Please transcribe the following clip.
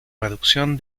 reducción